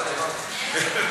אני לא יודע.